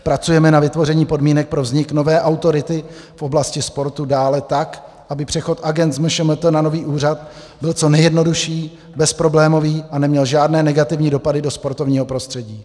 Pracujeme na vytvoření podmínek pro vznik nové autority v oblasti sportu dále, tak aby přechod agend z MŠMT na nový úřad byl co nejjednodušší, bezproblémový a neměl žádné negativní dopady do sportovního prostředí.